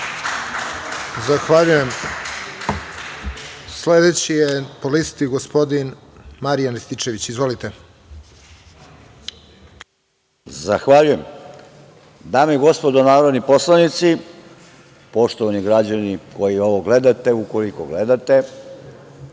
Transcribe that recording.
Zahvaljujem. Sledeći je po listi gospodin Marijan Rističević. Izvolite. **Marijan Rističević** Zahvaljujem. Dame i gospodo narodni poslanici, poštovani građani koji ovo gledate, ukoliko gledate,